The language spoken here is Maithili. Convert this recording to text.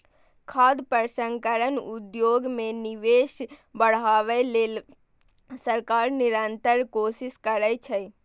खाद्य प्रसंस्करण उद्योग मे निवेश बढ़ाबै लेल सरकार निरंतर कोशिश करै छै